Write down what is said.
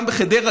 גם בחדרה,